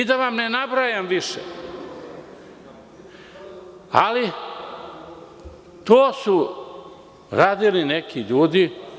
Da vam više ne nabrajam, ali to su radili neki ljudi.